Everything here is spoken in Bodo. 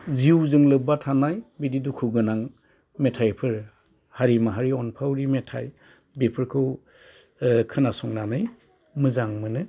जिउजों लोब्बा थानाय बिदि दुखुगोनां मेथाइफोर हारि माहारि अनफावरि मेथाइ बेफोरखौ खोनासंनानै मोजां मोनो